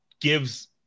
gives